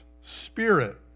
Spirit